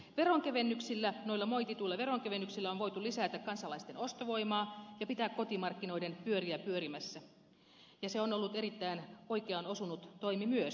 veronkevennyksillä noilla moitituilla veronkevennyksillä on voitu lisätä kansalaisten ostovoimaa ja pitää kotimarkkinoiden pyöriä pyörimässä ja se on ollut erittäin oikeaan osunut toimi myös